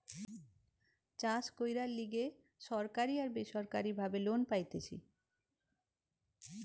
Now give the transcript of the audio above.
চাষ কইরার লিগে সরকারি আর বেসরকারি ভাবে লোন পাইতেছি